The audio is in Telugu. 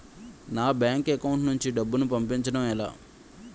నా బ్యాంక్ అకౌంట్ నుంచి డబ్బును పంపించడం ఎలా?